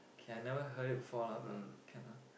can I never heard it before lah but can lah